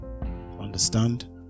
understand